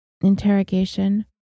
interrogation